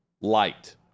light